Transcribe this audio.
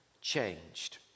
changed